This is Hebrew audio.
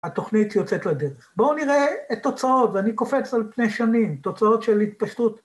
התוכנית יוצאת לדרך. בואו נראה את תוצאות, ואני קופץ על פני שנים, תוצאות של התפשטות.